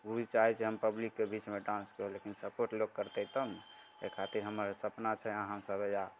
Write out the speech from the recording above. ओ भी चाहै हम पब्लिकके बीचमे डान्स करी लेकिन सपोर्ट लोक करतै तब ने एहि खातिर हमर सपना छै अहाँसभ अइजा